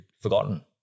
forgotten